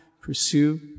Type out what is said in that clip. Pursue